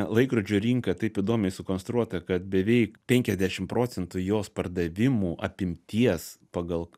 laikrodžio rinka taip įdomiai sukonstruota kad beveik penkiasdešim procentų jos pardavimų apimties pagal